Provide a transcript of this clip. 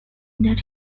that